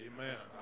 Amen